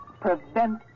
prevent